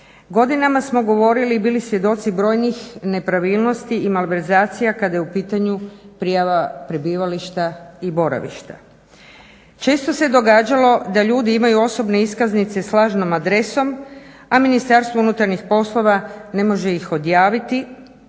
Godinama smo govorili i bili svjedoci brojnih nepravilnosti i malverzacija kada je u pitanju prijava prebivališta i boravišta. Često se događalo da ljudi imaju osobne iskaznice s lažnom adresom, a Ministarstvo unutarnjih poslova ne može ih odjaviti